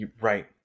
Right